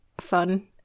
fun